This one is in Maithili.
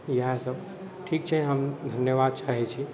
इएहसब ठीक छै हम धन्यवाद चाहै छी